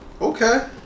Okay